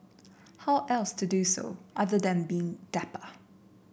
how else to do so other than being dapper